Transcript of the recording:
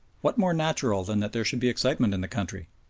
what more natural than that there should be excitement in the country?